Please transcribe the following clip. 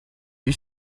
бие